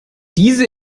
diese